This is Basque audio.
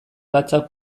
latzak